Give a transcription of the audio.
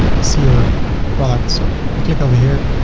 ah see your product. so i click over here.